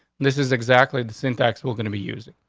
this is exactly the syntax we're gonna be using.